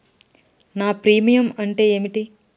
నా ప్రీమియం అంటే ఏమిటి?